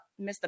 Mr